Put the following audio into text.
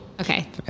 Okay